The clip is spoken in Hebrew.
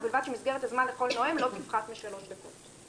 ובלבד שמסגרת הזמן לכל נואם לא תפחת משלוש דקות.